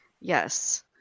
Yes